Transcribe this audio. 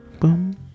Boom